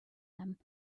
them